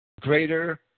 greater